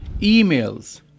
emails